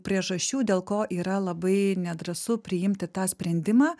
priežasčių dėl ko yra labai nedrąsu priimti tą sprendimą